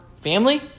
family